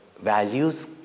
values